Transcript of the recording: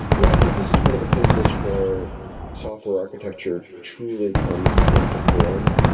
yeah. i think this is one of the places where software architecture truly comes in to form.